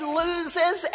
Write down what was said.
loses